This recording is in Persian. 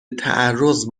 تعرض